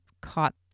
caught